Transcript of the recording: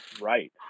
Right